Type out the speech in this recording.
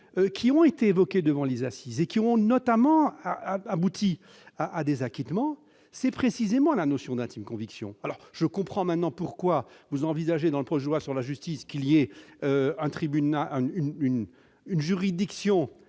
qui ont été évoquées devant les assises et qui ont notamment abouti à des acquittements concernent précisément la notion d'intime conviction. Je comprends maintenant pourquoi vous envisagez dans le projet de loi sur la justice la création d'une juridiction